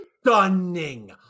stunning